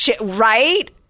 Right